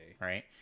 right